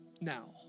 now